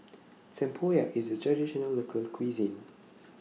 Tempoyak IS A Traditional Local Cuisine